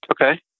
Okay